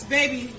baby